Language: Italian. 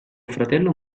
fratello